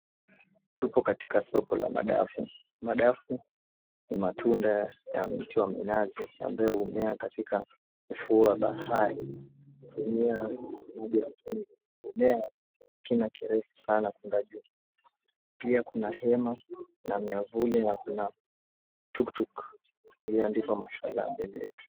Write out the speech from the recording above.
Tuko katika soko la madafu, madafu ni matunda ya miti wa minazi ambayo umea katika ufuo wa bahari kutumia maji ya chumvi, imemea kina kirefu sana kuenda juu, pia kuna hema na miyavuli na kuna tukutuku iliyoandikwa Mashallah mbele yetu.